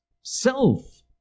self